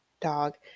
dog